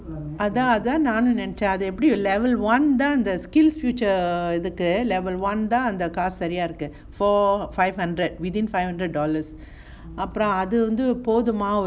அதா அதா நானும் நெனச்சே அதெப்டி அந்த:atha atha naanum nenache athepdi antha err தான் அந்த காசு செரியா இருக்கு அது போதுமா:thaan antha kaasu sariyaa irukku athu pothumaa